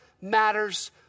matters